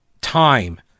time